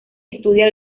estudia